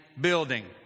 building